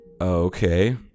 Okay